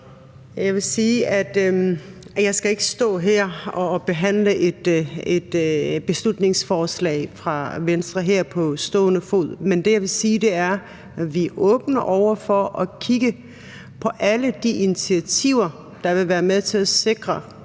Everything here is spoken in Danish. Jeg vil sige, at jeg ikke skal stå her og behandle et beslutningsforslag fra Venstre. Men det, jeg vil sige, er, at vi er åbne over for at kigge på alle de initiativer, der kan være med til at sikre